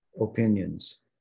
opinions